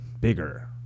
bigger